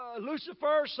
Lucifer